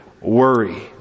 worry